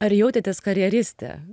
ar jautėtės karjeriste